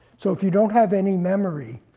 so if you don't have any memory,